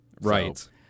Right